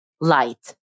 light